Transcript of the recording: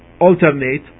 alternate